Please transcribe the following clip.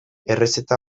errezeta